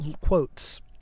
quotes